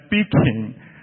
speaking